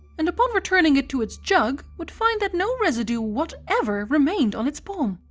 and upon returning it to its jug would find that no residue whatever remained on its palm.